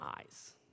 eyes